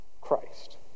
Christ